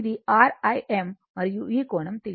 ఇది R Im మరియు ఈ కోణం θ